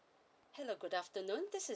hello good afternoon this is